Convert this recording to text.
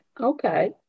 Okay